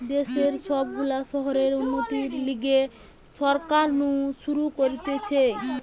দেশের সব গুলা শহরের উন্নতির লিগে সরকার নু শুরু করতিছে